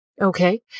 Okay